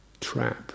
trap